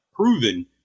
proven